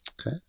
Okay